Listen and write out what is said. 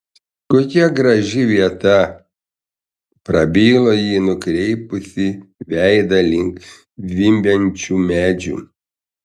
kokia graži vieta prabilo ji nukreipusi veidą link zvimbiančių medžių